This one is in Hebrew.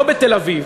לא בתל-אביב,